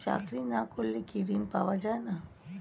চাকরি না করলে কি ঋণ পাওয়া যায় না?